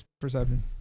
perception